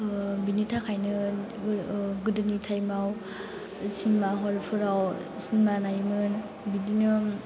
बिनि थाखायनो गोदोनि टाइमाव सिनिमा हलफोराव सिनिमा नायोमोन बिदिनो